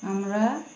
আমরা